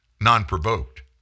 non-provoked